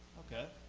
okay.